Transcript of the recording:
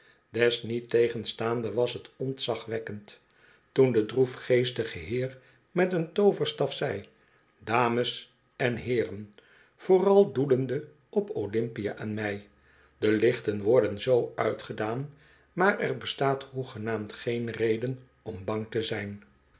desniettegenstaande was t ontzagwekkend toen de droefgeestige heer met een tooverstaf zei dames en heeren vooral doelende op olympia en mij de lichten worden zoo uitgedaan maar er bestaat hoegenaamd geen reden om bang te zijn